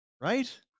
right